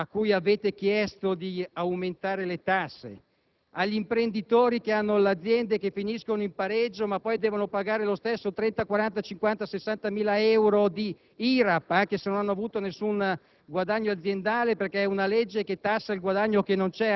a cui abbiamo chiesto sacrifici, a cui avete chiesto di pagare più tasse, agli imprenditori che hanno le aziende che finiscono in pareggio ma devono pagare lo stesso 30.000, 40.000 o magari 60.000 euro di IRAP, anche se non hanno avuto nessun